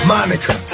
Monica